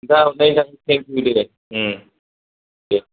दा ओमफ्राय दा दे